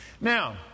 Now